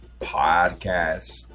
Podcast